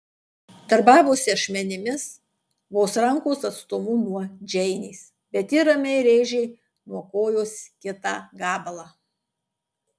darbavosi ašmenimis vos rankos atstumu nuo džeinės bet ji ramiai rėžė nuo kojos kitą gabalą